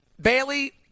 Bailey